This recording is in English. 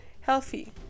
healthy